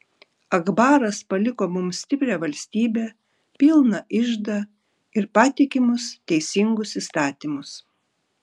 akbaras paliko mums stiprią valstybę pilną iždą ir patikimus teisingus įstatymus